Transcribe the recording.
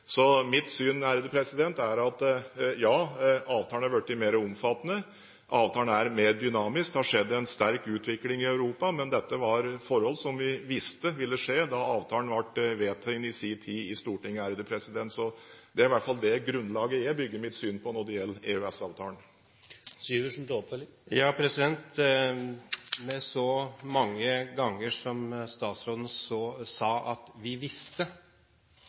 Så mitt syn er: Ja, avtalen har blitt mer omfattende, avtalen er mer dynamisk, det har skjedd en sterk utvikling i Europa, men dette var noe vi visste ville skje da avtalen i sin tid ble vedtatt i Stortinget. Det er i hvert fall det grunnlaget jeg bygger mitt syn på når det gjelder EØS-avtalen. Så mange ganger som statsråden sa «vi visste», må det bety at det ikke er noe grunnlag – sett fra finansministerens side – for å si at vi